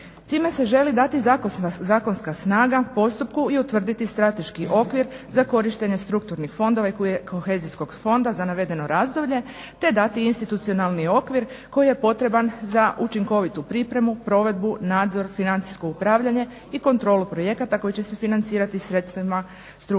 Time se želi dati zakonska snaga postupku i utvrditi strateški okvir za korištenje strukturnih fondova i kohezijskog fonda za navedeno razdoblje, te dati institucionalni okvir koji je potreban za učinkovitu pripremu, provedbu, nadzor, financijsko upravljanje i kontrolu projekata koji će se financirati sredstvima strukturnih i